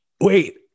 Wait